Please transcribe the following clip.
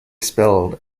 spelled